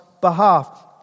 behalf